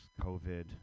COVID